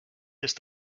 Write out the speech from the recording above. ist